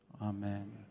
Amen